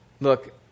Look